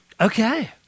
Okay